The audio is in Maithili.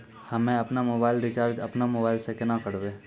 हम्मे आपनौ मोबाइल रिचाजॅ आपनौ मोबाइल से केना करवै?